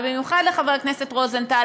במיוחד לחבר הכנסת רוזנטל,